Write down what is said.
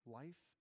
life